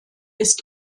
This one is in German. ist